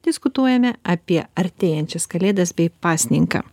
diskutuojame apie artėjančias kalėdas bei pasninką